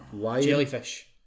Jellyfish